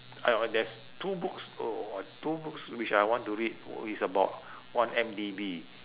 !aiyo! there's two books oh or two books which I want to read is about one-M_D_B